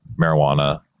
marijuana